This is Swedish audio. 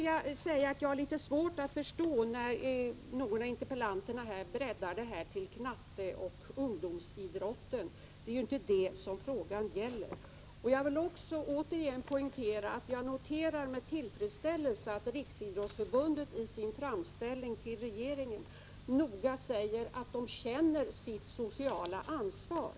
Jag har litet svårt att förstå hur en av interpellanterna kan bredda debatten till att omfatta knatteoch ungdomsidrotten. Det är inte det som frågan gäller. Jag vill återigen poängtera att jag med tillfredsställelse noterar att Riksidrottsförbundet i sin framställning till regeringen säger att det känner sitt sociala ansvar.